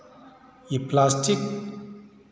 ये प्लास्टिक